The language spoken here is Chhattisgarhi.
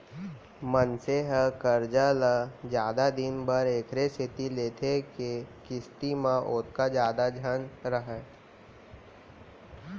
मनसे ह करजा ल जादा दिन बर एकरे सेती लेथे के किस्ती ह ओतका जादा झन रहय